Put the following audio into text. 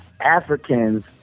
Africans